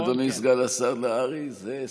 אדוני סגן השר נהרי, זה שיא.